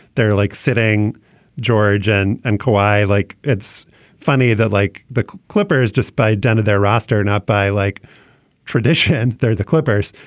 they're like sitting george and and kawhi. like, it's funny that like the clippers, despite done on their roster, not by like tradition, they're the clippers,